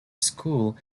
school